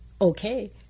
okay